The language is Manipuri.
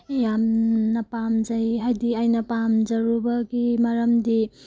ꯌꯥꯝꯅ ꯄꯥꯝꯖꯩ ꯍꯥꯏꯗꯤ ꯑꯩꯅ ꯄꯥꯝꯖꯔꯨꯕꯒꯤ ꯃꯔꯝꯗꯤ